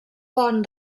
pont